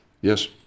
Yes